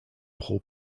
pro